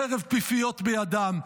חרב פיפיות בידם.